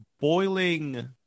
boiling